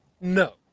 No